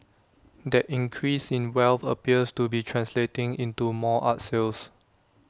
that increase in wealth appears to be translating into more art sales